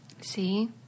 See